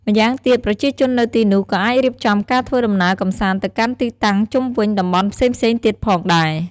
ម៉្យាងទៀតប្រជាជននៅទីនោះក៏អាចរៀបចំការធ្វើដំណើរកម្សាន្តទៅកាន់ទីតាំងជុំវិញតំបន់ផ្សេងៗទៀតផងដែរ។